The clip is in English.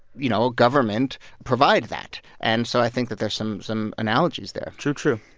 you know, a government provide that. and so i think that there's some some analogies there true, true.